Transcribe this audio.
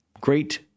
great